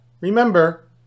Remember